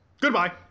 Goodbye